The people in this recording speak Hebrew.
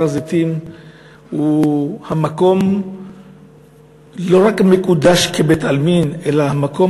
הר-הזיתים הוא לא רק המקום המקודש כבית-עלמין אלא המקום